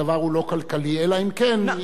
אלא אם כן ישתלטו גורמים,